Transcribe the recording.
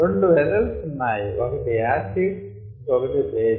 రెండు వెస్సల్స్ ఉన్నాయి ఒకటి యాసిడ్ ఇంకొకటి బేస్